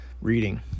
reading